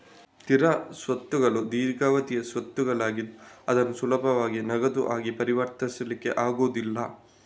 ಸ್ಥಿರ ಸ್ವತ್ತುಗಳು ದೀರ್ಘಾವಧಿಯ ಸ್ವತ್ತುಗಳಾಗಿದ್ದು ಅದನ್ನು ಸುಲಭವಾಗಿ ನಗದು ಆಗಿ ಪರಿವರ್ತಿಸ್ಲಿಕ್ಕೆ ಆಗುದಿಲ್ಲ